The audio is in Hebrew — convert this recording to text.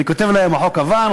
אני כותב להם: החוק עבר,